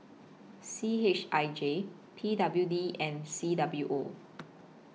C H I J P W D and C W O